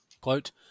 Quote